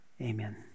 amen